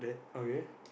okay